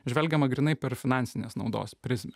žvelgiama grynai per finansinės naudos prizmę